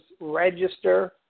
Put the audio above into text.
register